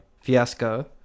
Fiasco